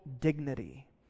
dignity